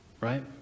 Right